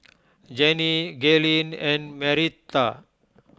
Jannie Gaylene and Marietta